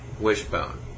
Wishbone